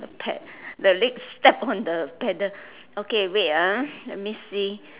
pad the legs step on the paddle okay wait ah let me see